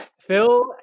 Phil